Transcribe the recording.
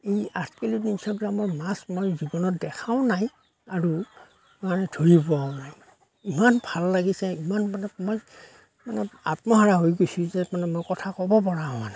এই আঠ কিলো তিনিশ গ্ৰামৰ মাছ মই জীৱনত দেখাও নাই আৰু মানে ধৰিও পোৱাও নাই ইমান ভাল লাগিছে ইমান মানে মই মানে আত্মহাৰা হৈ গৈছোঁ যে মানে মই কথা ক'বপৰা হোৱা নাই